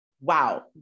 Wow